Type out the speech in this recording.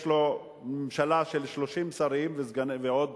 יש לו ממשלה של 30 שרים ועוד